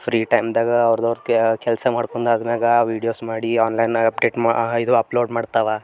free ಟೈಮ್ದಾಗ ಅವ್ರ್ದವ್ರ್ದು ಕೆಲಸ ಮಾಡ್ಕೊಂಡ್ ಅದರಾಗ ವೀಡಿಯೋಸ್ ಮಾಡಿ ಆನ್ಲೈನಾಗೆ ಅಪ್ಡೇಟ್ ಮಾ ಇದು ಅಪ್ಲೋಡ್ ಮಾಡ್ತಾವ